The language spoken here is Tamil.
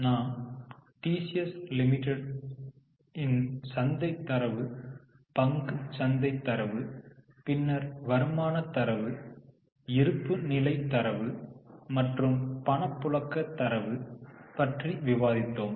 நாம் டிசிஎஸ் லிமிடெட் சந்தை தரவு பங்கு சந்தை தரவு பின்னர் வருமான தரவு இருப்பு நிலை தரவு மற்றும் பணப்புழக்க தரவு பற்றி விவாதித்தோம்